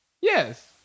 Yes